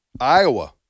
Iowa